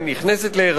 היא נכנסת להיריון,